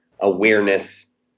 awareness